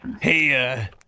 Hey